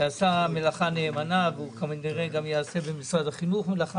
שעשה מלאכה נאמנה והוא כנראה גם יעשה במשרד החינוך מלאכה